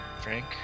Frank